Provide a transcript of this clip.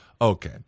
Okay